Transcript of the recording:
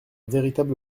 véritable